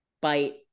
bite